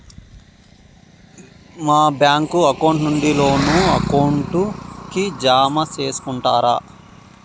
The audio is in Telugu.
మా బ్యాంకు అకౌంట్ నుండి లోను అకౌంట్ కి జామ సేసుకుంటారా?